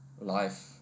life